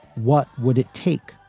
what would it take?